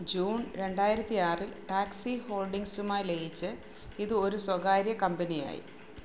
June രണ്ടായിരത്തിയാറിൽ taxi ഹോൾഡിംഗ്സുമായി ലയിച്ച് ഇത് ഒരു സ്വകാര്യ കമ്പനി ആയി